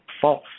false